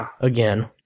again